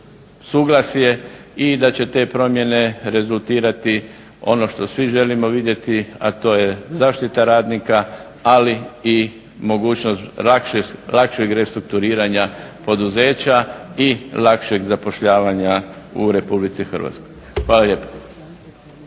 suglasje i da će te promjene rezultirati ono što svi želimo vidjeti a to je zaštita radnika ali i mogućnost lakšeg restrukturiranja poduzeća i lakšeg zapošljavanja u Republici Hrvatskoj. Hvala lijepa.